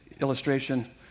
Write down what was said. illustration